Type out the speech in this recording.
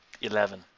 Eleven